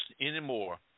anymore